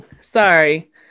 Sorry